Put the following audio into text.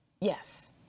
Yes